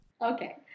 Okay